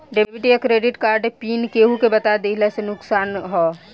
Debit या credit card pin केहूके बता दिहला से का नुकसान ह?